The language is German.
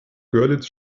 görlitz